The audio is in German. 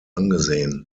angesehen